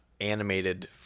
animated